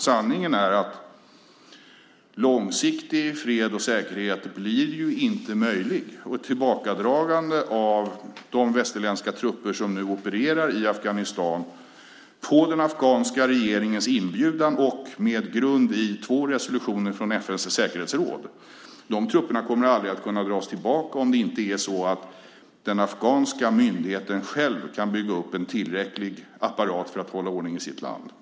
Sanningen är att långsiktig fred och säkerhet och ett tillbakadragande av de västerländska trupper som nu opererar i Afghanistan, på den afghanska regeringens inbjudan och med grund i två resolutioner från FN:s säkerhetsråd, inte är möjligt om inte den afghanska myndigheten själv kan bygga upp en tillräcklig apparat för att hålla ordning i sitt land.